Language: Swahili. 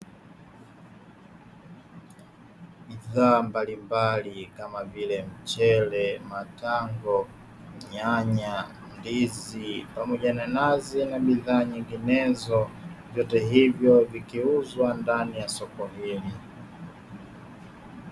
Bidhaa mbalimbali kama vile mchele, matango, nyanya, ndizi pamoja na nazi na bidhaa nyinginezo; vyote hivyo vikiuzwa ndani ya soko hili.